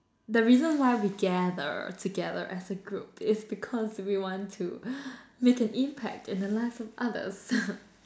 the reason why we gather together as a group is because we want to make an impact on the lives of others